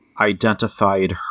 identified